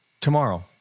tomorrow